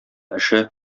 эше